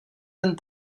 ten